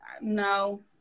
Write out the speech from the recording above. no